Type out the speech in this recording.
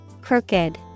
Crooked